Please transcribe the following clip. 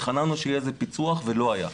התחננו שיהיה איזה פיצוח ולא היה.